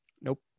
Nope